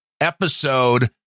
episode